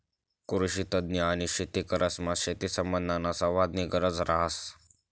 कृषीतज्ञ आणि शेतकरीसमा शेतीसंबंधीना संवादनी गरज रहास